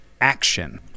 action